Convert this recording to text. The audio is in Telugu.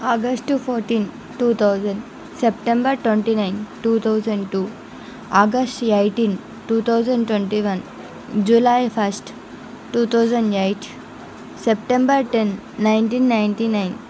August fourteen two thousand September twenty nine two thousand to August eighteen two thousand twenty one July first two thousand eight September ten nineteen ninety nine